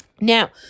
Now